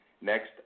Next